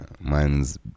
Man's